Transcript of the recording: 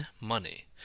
money